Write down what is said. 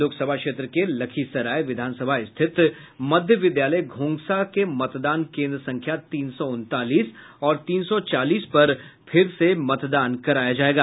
लोकसभा क्षेत्र के लखीसराय विधानसभा स्थित मध्य विद्यालय घोंघसा मतदान केंद्र संख्या तीन सौ उन्तालीस और तीन सौ चालीस पर फिर से मतदान कराया जायेगा